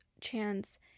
chance